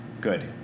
Good